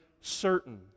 certain